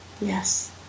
Yes